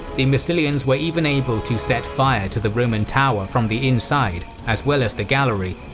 the massilians were even able to set fire to the roman tower from the inside, as well as the gallery,